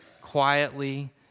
quietly